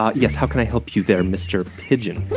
ah yes. how can i help you there, mr. pigeon?